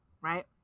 right